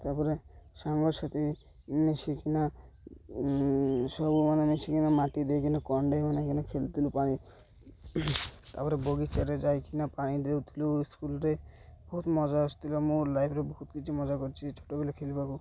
ତା'ପରେ ସାଙ୍ଗସାଥି ମିଶିକିନା ସବୁ ମାନେ ମିଶିକିନା ମାଟି ଦେଇକିନା କଣ୍ଢେଇ ବନେଇକିନା ଖେଳୁଥିଲୁ ପାଣି ତା'ପରେ ବଗିଚାରେ ଯାଇକିନା ପାଣି ଦେଉଥିଲୁ ସ୍କୁଲ୍ରେ ବହୁତ ମଜା ଆସୁଥିଲା ମୋ ଲାଇଫ୍ରେ ବହୁତ କିଛି ମଜା କରିଛି ଛୋଟବେଳେ ଖେଲିବାକୁ